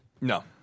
no